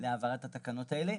להעברת התקנות האלה.